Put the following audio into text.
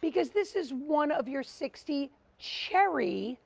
because this is one of your sixty cherry